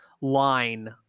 line